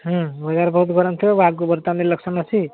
ହୁଁ ବେଗାରପୁର୍ ବହୁତ ଗରମ ଥିବ ଆଗକୁ ବର୍ତ୍ତମାନ ଇଲେକ୍ସନ୍ ଅଛି